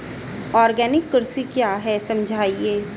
Organic कृषि क्या है समझाइए?